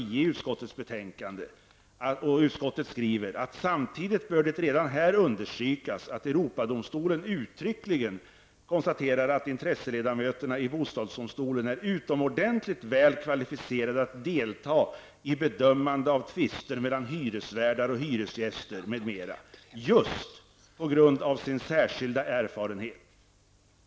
Utskottet skriver om ''Samtidigt bör det redan här understrykas att Europadomstolen uttryckligen konstaterade att intresseledamöterna i bostadsdomstolen är utomordentligt väl kvalificerade att delta i bedömande av tvister mellan hyresvärdar och hyresgäster m.m. just på grund av sin särskilda erfarenhet.''